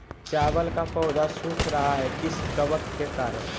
चावल का पौधा सुख रहा है किस कबक के करण?